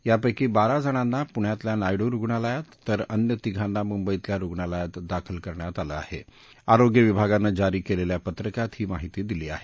यापैकी बारा जणास्त्री पुण्यातल्या नायडू रुग्णालयात तर अन्य तिघास्त्री मुद्धितल्या रुणालयात दाखल करण्यात आलखिहे असठ आरोग्य विभागानज्ञारी केलेल्या पत्रकात ही माहिती दिली आहे